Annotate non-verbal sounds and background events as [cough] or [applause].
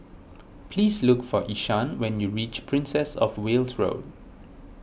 [noise] please look for Ishaan when you reach Princess of Wales Road